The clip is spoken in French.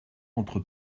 entre